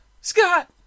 Scott